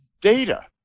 data